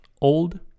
Old